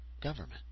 government